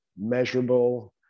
measurable